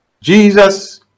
Jesus